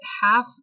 half